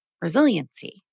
resiliency